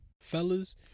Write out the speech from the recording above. Fellas